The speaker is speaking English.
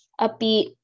upbeat